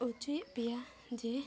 ᱦᱚᱪᱚᱭᱮᱫ ᱯᱮᱭᱟ ᱡᱮ